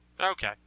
Okay